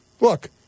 look